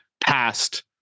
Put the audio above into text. past